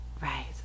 Right